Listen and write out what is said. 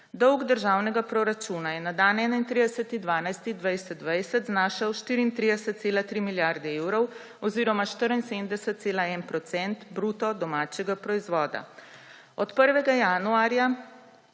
Dolg državnega proračuna je na dan 31. 12. 2020 znašal 34,3 milijarde evrov oziroma 74,1 % bruto domačega proizvoda. Od 1. januarja